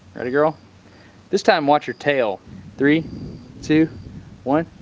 atta girl this time watch her tail three two one